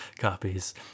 copies